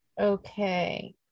Okay